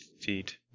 feet